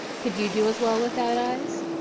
could you do as well without eyes?